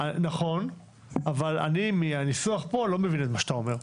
נכון אבל מהניסוח כאן אני לא מבין את מה שאתה אומר.